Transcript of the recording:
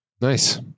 Nice